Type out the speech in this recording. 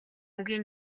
үгийн